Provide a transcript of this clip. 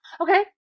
Okay